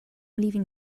leaving